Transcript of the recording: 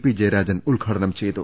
P Jayarajan ഉദ്ഘാടനം ചെയ്തു